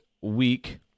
week